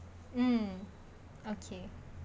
um okay